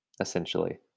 Essentially